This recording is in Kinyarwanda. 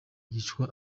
yicwa